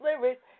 lyrics